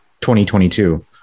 2022